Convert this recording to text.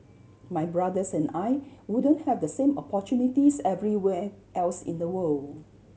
my brothers and I wouldn't have the same opportunities everywhere else in the world